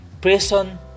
prison